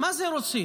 מה זה רוצים?